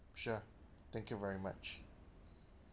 sure thank you very much